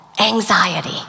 anxiety